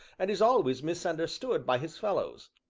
and is always misunderstood by his fellows.